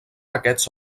aquests